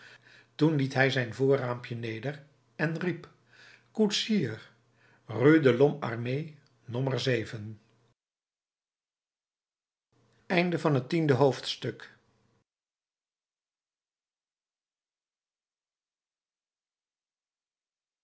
toen liet hij het voorraampje neder en riep koetsier rue de lhomme armé no tiende hoofdstuk